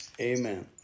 amen